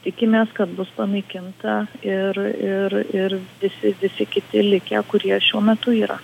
tikimės kad bus panaikinta ir ir ir visi visi kiti likę kurie šiuo metu yra